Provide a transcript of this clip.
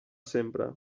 sempre